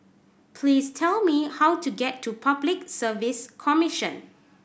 please tell me how to get to Public Service Commission